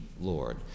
Lord